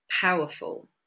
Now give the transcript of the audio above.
powerful